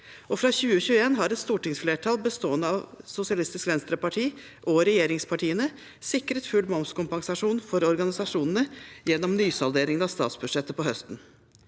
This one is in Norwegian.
fra 2021 har et stortingsflertall bestående av Sosialistisk Venstreparti og regjeringspartiene sikret full momskompensasjon for organisasjonene gjennom nysalderingen av statsbudsjettet på høsten.